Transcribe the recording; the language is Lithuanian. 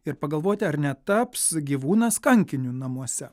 ir pagalvoti ar netaps gyvūnas kankiniu namuose